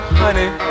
honey